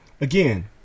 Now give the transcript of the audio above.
Again